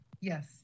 Yes